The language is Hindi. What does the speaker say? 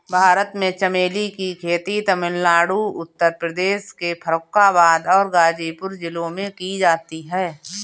भारत में चमेली की खेती तमिलनाडु उत्तर प्रदेश के फर्रुखाबाद और गाजीपुर जिलों में की जाती है